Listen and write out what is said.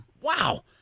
wow